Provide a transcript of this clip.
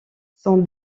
son